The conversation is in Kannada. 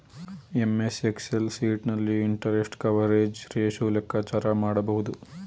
ಎಂ.ಎಸ್ ಎಕ್ಸೆಲ್ ಶೀಟ್ ನಲ್ಲಿ ಇಂಟರೆಸ್ಟ್ ಕವರೇಜ್ ರೇಶು ಲೆಕ್ಕಾಚಾರ ಮಾಡಬಹುದು